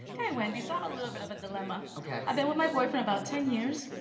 okay wendy so i have a little bit of a dilemma. okay. i've been with my boyfriend about ten years.